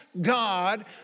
God